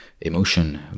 emotion